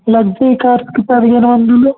luxury కార్కి పదిహేను వందలు